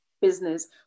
business